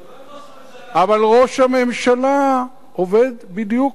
אבל ראש הממשלה עובד בדיוק ברוורס, הפוך.